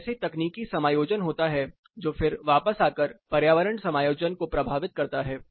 तो ऐसे तकनीकी समायोजन होता हैं जो फिर वापस आकर पर्यावरण समायोजन को प्रभावित करता है